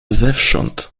zewsząd